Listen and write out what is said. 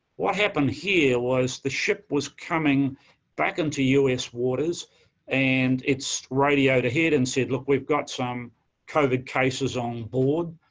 what happened here was the ship was coming back into u s. waters and it's radioed ahead and said, look, we've got some covid cases on board.